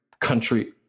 country